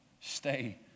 Stay